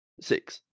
Six